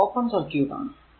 അത് open circuit ആണ്